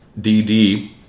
DD